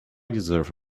deserve